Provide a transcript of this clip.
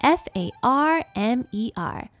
farmer